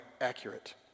accurate